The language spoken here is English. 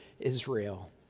Israel